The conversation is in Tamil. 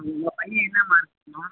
உங்கள் பையன் என்ன மார்க்மா